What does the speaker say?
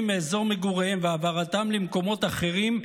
מאזור מגוריהם והעברתם למקומות אחרים,